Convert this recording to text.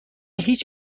هیچ